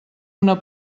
una